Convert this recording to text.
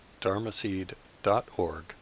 dharmaseed.org